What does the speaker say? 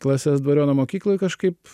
klases dvariono mokykloj kažkaip